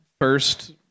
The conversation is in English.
first